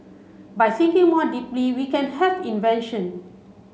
by thinking more deeply we can have invention